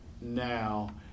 now